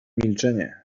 milczenie